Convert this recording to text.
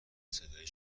صدایی